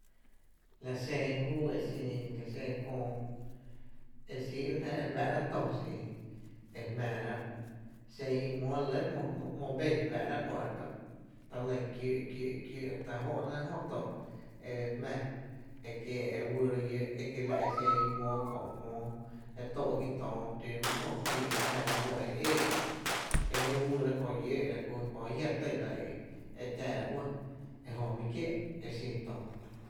La xen júu e xin, la xen köö e xíírá’ jnáá’ e fá’ra’ tó xin e jmⱥⱥ rá’, xen i jmóo e le lɇ ‘mó ‘mo ben fⱥⱥ’rá’ e xin fⱥⱥ´’ rá’ ‘mo e re kä’, ta lý’ kiö’, kiö’, kiö’, ta jó’ ‘nɇ’ jó tö e jmⱥⱥ e kiéé’ e re wýyra llóo’ e kiela’ xen i jmóo kö’ e tün my ‘mó pii’ e jmⱥⱥ la jóó’ e eé e je re wyyra köö lló’ e jé jia’ re tyna e tⱥⱥra uɇ ejö fí kié’ e xin tö.